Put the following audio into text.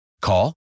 Call